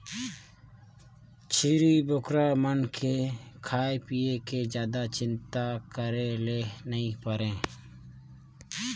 छेरी बोकरा मन के खाए पिए के जादा चिंता करे ले नइ परे